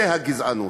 זה הגזענות.